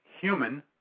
human